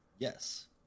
Yes